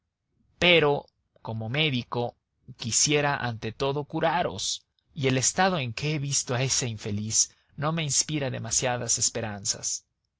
pero como médico quisiera ante todo curaros y el estado en que he visto a ese infeliz no me inspira demasiadas esperanzas